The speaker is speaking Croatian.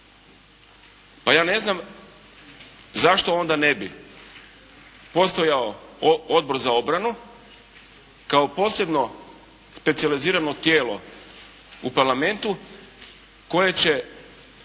Pa ja ne znam zašto onda ne bi postojao Odbor za obranu kao posebno, specijalizirano tijelo u Parlamentu koje će